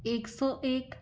एक सौ एक